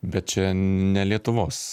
bet čia ne lietuvos